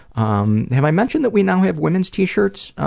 um have i mentioned that we now have women's t-shirts?